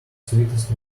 sweetest